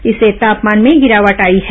इससे तापमान में गिरावट आई है